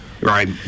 right